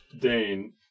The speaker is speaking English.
Dane